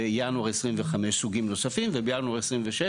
בינואר 2025 סוגים נוספים ובינואר 2026